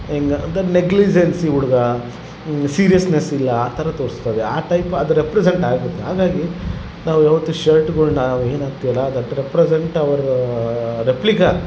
ಹೆಂಗೆ ಅಂತ ನೆಗ್ಲಿಜನ್ಸಿ ಹುಡುಗ ಸೀರಿಯಸ್ನೆಸ್ ಇಲ್ಲ ಆ ಥರ ತೋರಿಸ್ತದೆ ಆ ಟೈಪ್ ಅದು ರೆಪ್ರಸೆಂಟ್ ಆಗುತ್ತೆ ಹಾಗಾಗಿ ನಾವು ಯಾವತ್ತು ಶರ್ಟ್ಗಳ್ನ ನಾವು ಏನು ಹಾಕ್ತಿವಲ್ಲ ಅದು ಅಟ್ ರೆಪ್ರಸೆಂಟ್ ಅವ್ರ ರೆಪ್ಲಿಕಾ